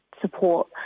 support